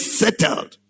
settled